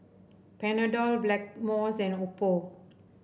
Panadol Blackmores and Oppo